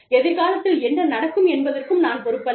எதிர்காலத்தில் என்ன நடக்கும் என்பதற்கும் நான் பொறுப்பல்ல